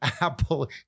apple